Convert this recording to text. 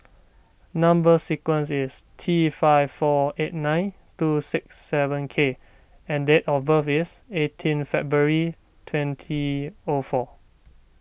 Number Sequence is T five four eight nine two six seven K and date of birth is eighteen February twenty O four